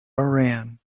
iran